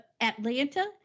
Atlanta